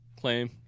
claim